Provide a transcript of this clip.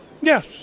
Yes